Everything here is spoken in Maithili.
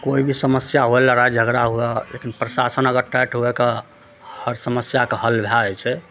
कोइ भी समस्या हुए लड़ाइ झगड़ा हुए लेकिन प्रशासन अगर टाइट भएके हर समस्याके हल भए जाइ छै